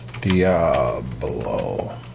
Diablo